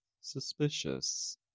Suspicious